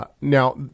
Now